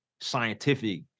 scientific